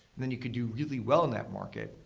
then, you could do really well in that market.